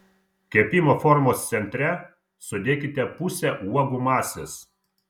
kepimo formos centre sudėkite pusę uogų masės